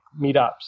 meetups